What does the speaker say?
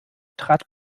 trat